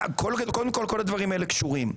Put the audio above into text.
קודם כול כל הדברים האלה קשורים.